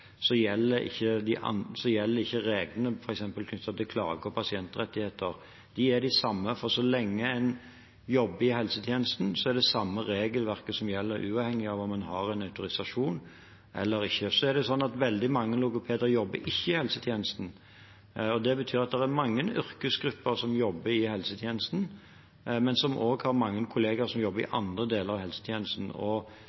ikke er autorisert helsepersonell, så gjelder ikke reglene f.eks. knyttet til klager og pasientrettigheter. De er de samme, for så lenge en jobber i helsetjenesten, er det det samme regelverket som gjelder, uavhengig av om en har en autorisasjon eller ikke. Veldig mange logopeder jobber ikke i helsetjenesten. Det betyr at mange yrkesgrupper som jobber i helsetjenesten, har kollegaer som jobber i andre deler av arbeidslivet. Og vi har normalt ikke gitt den type yrkesgrupper autorisasjon som helsepersonell, fordi den ordningen i